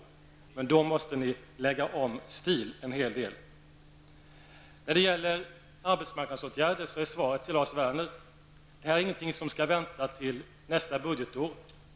Men då måste ni lägga om stilen en hel del. När det gäller arbetsmarknadsåtgärder är svaret till Lars Werner att det här är inget som skall vänta till nästa budgetår.